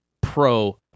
pro